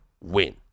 win